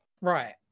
Right